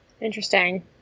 Interesting